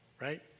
right